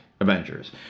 Avengers